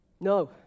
No